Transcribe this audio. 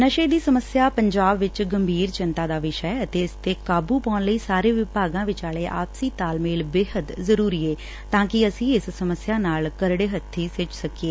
ਨਸ਼ੇ ਦੀ ਸਮੱਸਿਆ ਪੰਜਾਬ ਵਿੱਚ ਗੰਭੀਰ ਚਿੰਤਾ ਦਾ ਵਿਸ਼ਾ ਹੈ ਅਤੇ ਇਸ ਉਤੇ ਕਾਬੁ ਪਾਉਣ ਲਈ ਸਾਰੇ ਵਿਭਾਗਾਂ ਵਿਚਾਲੇ ਆਪਸੀ ਤਾਲਮੇਲ ਬੇਹੱਦ ਜ਼ਰੁਰੀ ਏ ਤਾਂ ਕਿ ਅਸੀ ਇਸ ਸਮੱਸਿਆ ਨਾਲ ਕਰੜੇ ਹੱਬੀ ਸਿੱਝ ਸਕੀਏ